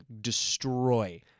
destroy